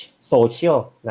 social